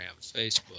Facebook